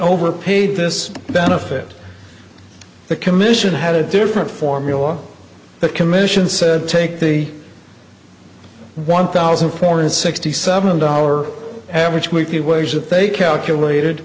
overpaid this benefit the commission had a different formula the commission said take the one thousand four hundred sixty seven dollar average weekly wage that they calculated